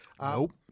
Nope